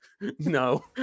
no